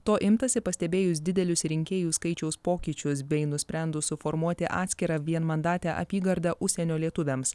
to imtasi pastebėjus didelius rinkėjų skaičiaus pokyčius bei nusprendus suformuoti atskirą vienmandatę apygardą užsienio lietuviams